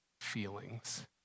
feelings